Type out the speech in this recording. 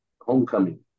homecoming